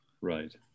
right